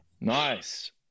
nice